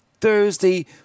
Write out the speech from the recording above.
thursday